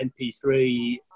MP3